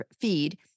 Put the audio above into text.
feed